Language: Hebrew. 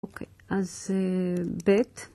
אוקיי, אז ב'